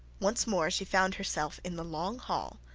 once more she found herself in the long hall,